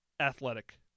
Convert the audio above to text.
Athletic